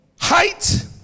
height